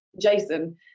Jason